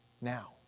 now